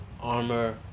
armor